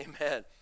Amen